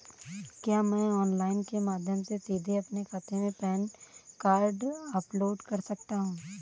क्या मैं ऑनलाइन के माध्यम से सीधे अपने खाते में पैन कार्ड अपलोड कर सकता हूँ?